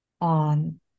on